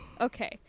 Okay